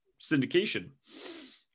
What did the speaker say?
syndication